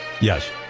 Yes